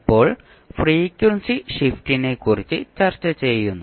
ഇപ്പോൾ ഫ്രീക്വൻസി ഷിഫ്റ്റിനെക്കുറിച്ച് ചർച്ച ചെയ്തു